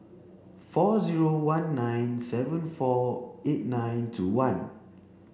four zero one nine seven four eight nine two one